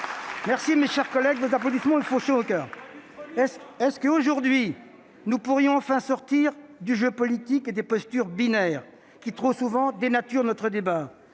Merci, mes chers collègues, ces applaudissements me font chaud au coeur ! Pourrions-nous enfin sortir du jeu politique et des postures binaires qui, trop souvent, dénaturent notre débat ?